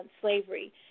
slavery